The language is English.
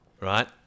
right